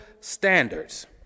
standards